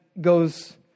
goes